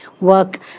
work